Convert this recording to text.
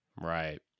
Right